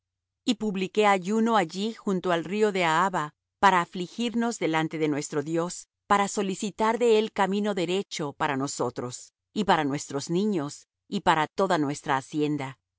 y publiqué ayuno allí junto al río de ahava para afligirnos delante de nuestro dios para solicitar de él camino derecho para nosotros y para nuestros niños y para toda nuestra hacienda